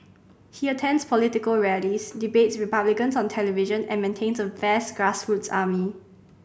he attends political rallies debates Republicans on television and maintains a vast grassroots army